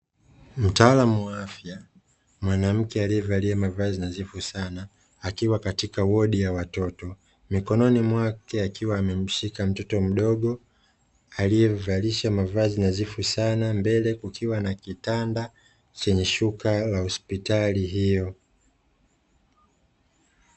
Mtaalamu wa afya, mwanamke aliyevalia mavazi nadhifu Sana, akiwa katika wodi ya watoto. Mikononi mwake, akiwa amemshika mtoto mdogo aliyemvalisha mavazi nadhifu sana, mbele kukiwa na kitanda chenye shuka la hospitali hiyo.